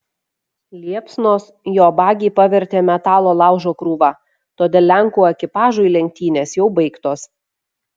liepsnos jo bagį pavertė metalo laužo krūva todėl lenkų ekipažui lenktynės jau baigtos